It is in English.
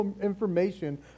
information